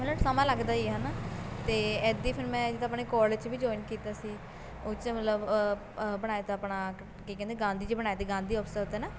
ਮਤਲਬ ਸਮਾਂ ਲੱਗਦਾ ਹੀ ਆ ਹੈ ਨਾ ਅਤੇ ਐਦੀ ਫਿਰ ਮੈਂ ਜਿੱਦਾਂ ਆਪਣੇ ਕੋਲਜ 'ਚ ਵੀ ਜੋਇਨ ਕੀਤਾ ਸੀ ਉਹ 'ਚ ਮਤਲਬ ਬਣਾਇਆ ਤਾ ਆਪਣਾ ਕੀ ਕਹਿੰਦੇ ਗਾਂਧੀ ਜੀ ਬਣਾਏ ਤੇ ਗਾਂਧੀ ਉਤਸਵ 'ਤੇ ਨਾ